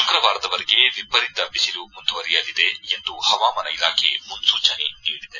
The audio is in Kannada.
ಶುಕ್ರವಾರದವರೆಗೆ ವಿಪರೀತ ಬಿಸಿಲು ಮುಂದುವರಿಯಲಿದೆ ಎಂದು ಹವಾಮಾನ ಇಲಾಖೆ ಮುನ್ನೂಚನೆ ನೀಡಿದೆ